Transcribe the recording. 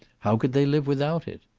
how could they live without it?